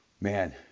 Man